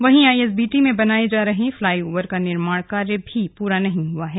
वहीं आईएसबीटी में बनाए जा रहे फ्लाई ओवर का निर्माण कार्य भी पूरा नहीं हुआ है